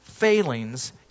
failings